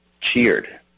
cheered